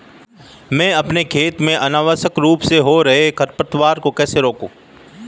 मैं अपने खेत में अनावश्यक रूप से हो रहे खरपतवार को कैसे रोकूं?